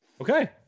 okay